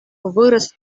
вырӑс